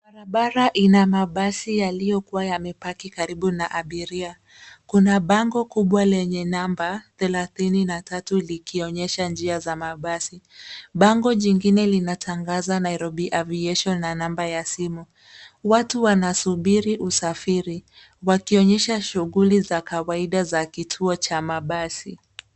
Barabara ina mabasi yaliyokuwa yamepaki karibu na abiria. Kuna bango kubwa lenye namba 33 likionyesha njia za mabasi. Bango jingine linatangaza Nairobi Aviation na namba ya simu. Watu wanasubiri usafiri, wakionyesha shughuli za kawaida za kituo cha mabasi.